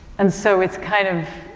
and so its kind of,